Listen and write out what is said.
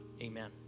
amen